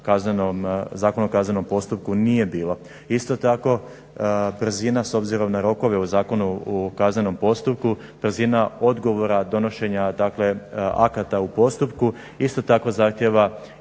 Zakonu o kaznenom postupku nije bilo. Isto tako brzina s obzirom na rokove u Zakonu o kaznenom postupku, brzina odgovora donošenja dakle akata u postupku isto tako zahtjeva